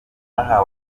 akazi